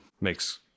Makes